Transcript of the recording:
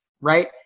right